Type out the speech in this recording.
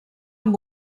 amb